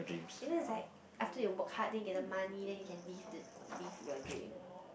you know it's like after you work hard then you get the money then you can live the live your dream